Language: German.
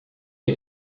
wir